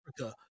Africa